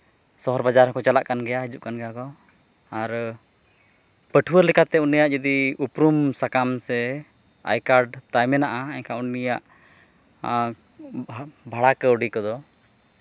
ᱥᱚᱦᱚᱨ ᱵᱟᱡᱟᱨ ᱠᱚ ᱪᱟᱞᱟᱜ ᱠᱟᱱ ᱜᱮᱭᱟ ᱦᱤᱡᱩᱜ ᱠᱟᱱ ᱜᱮᱭᱟ ᱠᱚ ᱟᱨ ᱯᱟᱹᱴᱷᱩᱣᱟᱹ ᱞᱮᱠᱟᱛᱮ ᱩᱱᱤᱭᱟᱜ ᱡᱩᱫᱤ ᱩᱯᱨᱩᱢ ᱥᱟᱠᱟᱢ ᱥᱮ ᱟᱭᱠᱟᱨᱰ ᱛᱟᱭ ᱢᱮᱱᱟᱜᱼᱟ ᱮᱱᱠᱷᱟᱱ ᱩᱱᱤᱭᱟᱜ ᱵᱷᱟᱲᱟ ᱠᱟᱹᱣᱰᱤ ᱠᱚᱫᱚ